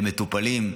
יגיעו למטופלים.